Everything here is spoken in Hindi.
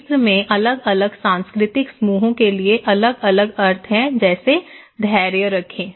मिस्र में अलग अलग सांस्कृतिक समूहों के लिए अलग अलग अर्थ हैं जैसे धैर्य रखें